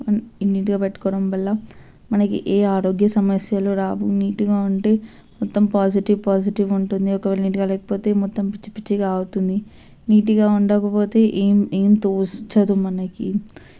నీటుగా పెట్టుకోవడం వల్ల మనకి ఏ ఆరోగ్య సమస్యలు రావు నీటిగా ఉంటే మొత్తం పాజిటివ్ పాజిటివ్ ఉంటుంది ఒకవేళ నీటిగా లేకపోతే మొత్తం పిచ్చిపిచ్చిగా అవుతుంది నీటిగా ఉండకపోతే ఏం ఏం తోచదు మనకి